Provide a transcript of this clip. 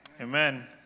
Amen